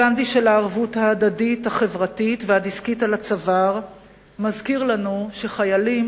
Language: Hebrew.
גנדי של הערבות ההדדית-החברתית והדסקית על הצוואר מזכיר לנו שחיילים,